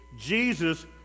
Jesus